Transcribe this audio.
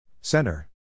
center